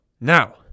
Now